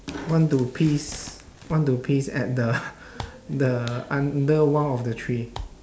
want to piss want to piss at the the under one of the tree